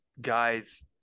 guys